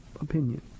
opinion